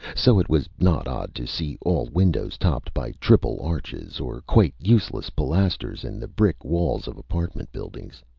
so it was not odd to see all windows topped by triple arches, or quite useless pilasters in the brick walls of apartment buildings.